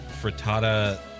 frittata